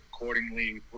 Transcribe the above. accordingly